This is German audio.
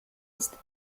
ist